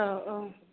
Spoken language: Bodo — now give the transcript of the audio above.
औ औ